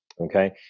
okay